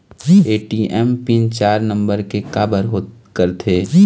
ATM pin चार number के काबर करथे?